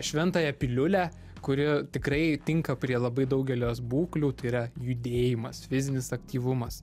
šventąją piliulę kuri tikrai tinka prie labai daugelės būklių tai yra judėjimas fizinis aktyvumas